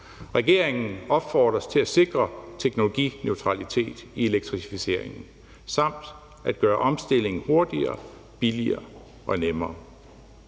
Regeringen opfordres til at sikre teknologineutralitet i elektrificeringen og at gøre omstillingen hurtigere, billigere og nemmere.